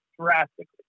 drastically